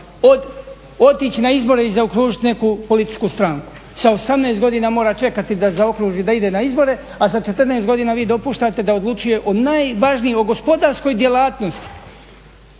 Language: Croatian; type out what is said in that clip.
otići na izbore i zaokružiti neku političku stranku. Sa 18 godina mora čekati da zaokruži da ide na izbore a sa 14 godina vi dopuštate da odlučuje o najvažnijem, o gospodarskoj djelatnosti.